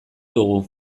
dugu